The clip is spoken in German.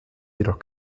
jedoch